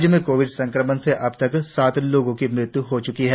राज्य में कोविड संक्रमण से अबतक सात लोगों की मृत्य् हुई है